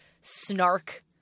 snark-